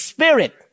Spirit